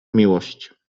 miłość